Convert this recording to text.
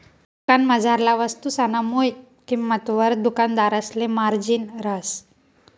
दुकानमझारला वस्तुसना मुय किंमतवर दुकानदारसले मार्जिन रहास